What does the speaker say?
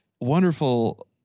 wonderful